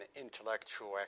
intellectual